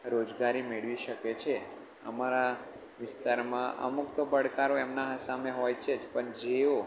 રોજગારી મેળવી શકે છે અમારા વિસ્તારમાં અમુક તો પડકારો એમના સામે હોય છે જ પણ જેઓ